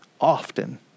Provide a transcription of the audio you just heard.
often